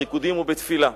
בריקודים ובתפילה.